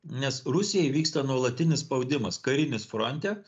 nes rusijai vyksta nuolatinis spaudimas karinis fronte